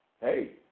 hey